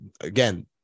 again